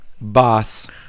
boss